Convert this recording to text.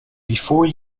before